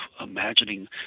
imagining